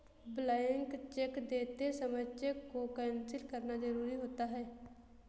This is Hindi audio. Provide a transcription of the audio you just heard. ब्लैंक चेक देते समय चेक को कैंसिल करना जरुरी होता है